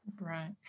Right